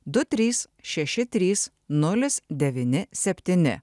du trys šeši trys nulis devyni septyni